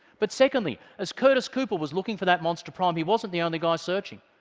but secondly, as curtis cooper was looking for that monster prime, he wasn't the only guy searching.